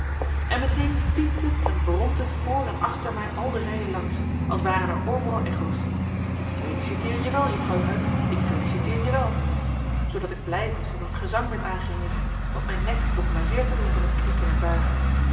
en meteen piept het en bromt het voor en achter mij al de rijen langs als waren er overal echo's ik feliciteer je wel juffrouw huyck ik feliciteer je wel zoodat ik blij was dat het gezang werd aangeheven want mijn nek begon mij zeer te doen van het knikken en buigen